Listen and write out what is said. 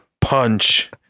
punch